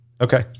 Okay